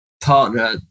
partner